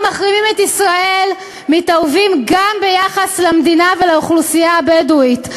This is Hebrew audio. היום המחרימים את ישראל מתערבים גם ביחס למדינה ולאוכלוסייה הבדואית.